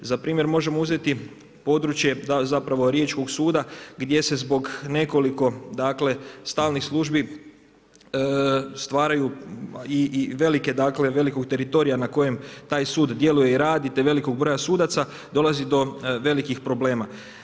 Za primjer možemo uzeti područje, zapravo riječkog suda, gdje se zbog nekoliko dakle, stalnih službi stvaraju i velikog teritorija na kojem taj sud djeluje i radi, te veliki broj sudaca, dolazi do velikih problema.